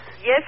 Yes